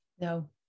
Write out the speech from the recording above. no